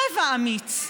רבע אמיץ.